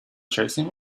chasing